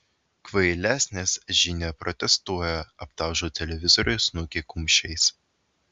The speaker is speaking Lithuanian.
kvailesnis žinia protestuoja aptalžo televizoriui snukį kumščiais